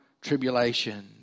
tribulation